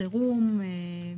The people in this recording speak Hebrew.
החירום,